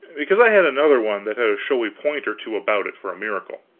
because i had another one that had a showy point or two about it for a miracle.